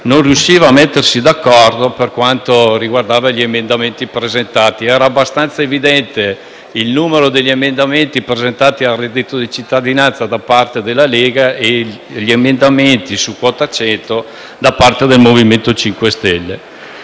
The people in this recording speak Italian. non riusciva a mettersi d'accordo per quanto riguardava gli emendamenti presentati. Ciò era abbastanza evidente, dato il numero degli emendamenti presentati al reddito di cittadinanza da parte della Lega e gli emendamenti su quota 100 da parte del MoVimento 5 Stelle.